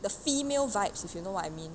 the female vibes if you know what I mean